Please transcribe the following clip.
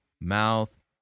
mouth